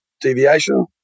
deviation